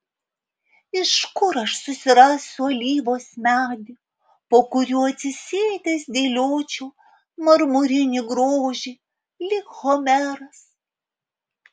ir kur aš susirasiu alyvos medį po kuriuo atsisėdęs dėliočiau marmurinį grožį lyg homeras